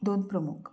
दोन प्रमूख